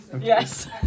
Yes